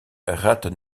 gaat